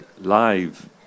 live